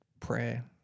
Prayer